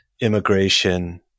immigration